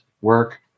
work